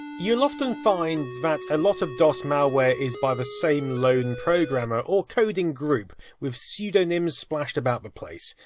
you'll often find that a lot of dos malware is by the same lone programmer, or coding group, with pseudonyms splashed about the place.